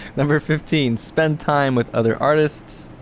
number fifteen, spend time with other artists.